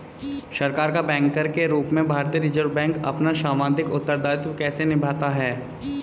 सरकार का बैंकर के रूप में भारतीय रिज़र्व बैंक अपना सांविधिक उत्तरदायित्व कैसे निभाता है?